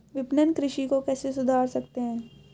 विपणन कृषि को कैसे सुधार सकते हैं?